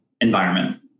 environment